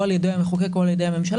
או על ידי המחוקק או על ידי הממשלה,